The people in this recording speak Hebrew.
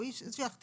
הוא זה שיכתיב.